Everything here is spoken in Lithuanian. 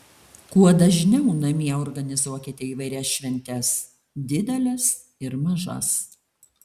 kuo dažniau namie organizuokite įvairias šventes dideles ir mažas